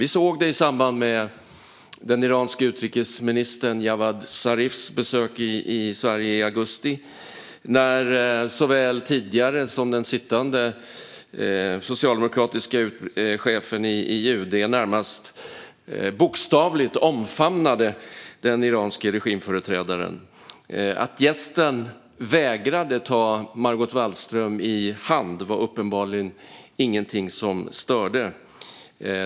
Vi såg det i samband med den iranske utrikesministern Javad Zarifs besök i Sverige i augusti, när såväl den tidigare som den sittande socialdemokratiska chefen för UD närmast bokstavligt omfamnade den iranske regimföreträdaren. Att gästen vägrade ta Margot Wallström i hand var uppenbarligen ingenting som störde.